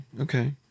okay